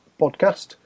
podcast